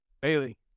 Bailey